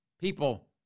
People